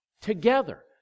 Together